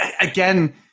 Again